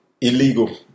illegal